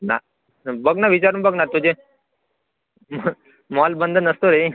ना बघ ना विचारून बघ ना तुझे मॉल बंद नसतो रे म